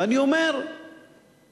אני אומר שקדימה,